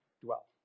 dwell